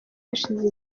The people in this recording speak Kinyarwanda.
hashize